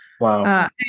Wow